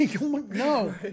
No